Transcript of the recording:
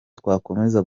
twakomeza